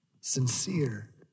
sincere